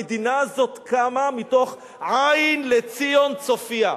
המדינה הזאת קמה מתוך "עין לציון צופייה".